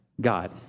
God